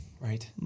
Right